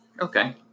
Okay